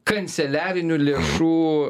kanceliarinių lėšų